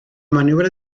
maniobra